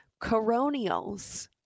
Coronials